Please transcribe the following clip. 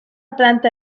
planta